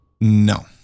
No